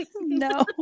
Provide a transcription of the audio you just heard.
No